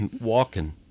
walking